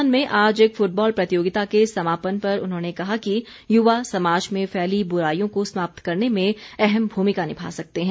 नाहन में आज एक फुटबॉल प्रतियोगिता के समापन पर उन्होंने कहा कि युवा समाज में फैली बुराईयों को समाप्त करने में अहम भूमिका निभा सकते हैं